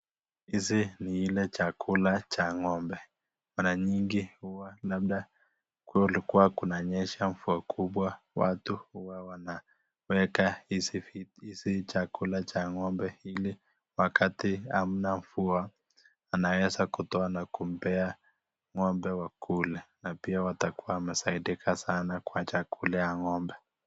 Hizi ni hile chakula Cha ngo'mbe mara nyingi huwa labda kulikuwa kunanyesha mvua kubwa, watu huwa wanaleta hizi chakula cha ngo'mbe hili wakati hamna mvua anaeza kutoa na kumpea ngo'mbe wakule na tena watakuwa wamesaidika sana kwa chakula ya ngo'mbe.